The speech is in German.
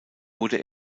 wurde